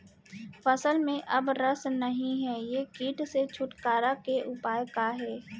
फसल में अब रस नही हे ये किट से छुटकारा के उपाय का हे?